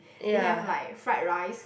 they have like fried rice